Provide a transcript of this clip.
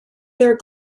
their